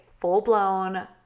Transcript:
full-blown